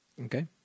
Okay